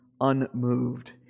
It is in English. unmoved